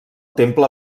temple